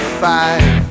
fight